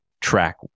track